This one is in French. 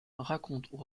racontent